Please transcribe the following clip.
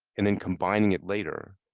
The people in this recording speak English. and then combining it later,